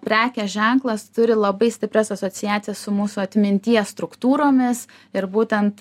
prekės ženklas turi labai stiprias asociacijas su mūsų atminties struktūromis ir būtent